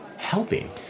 helping